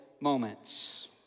moments